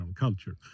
culture